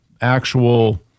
actual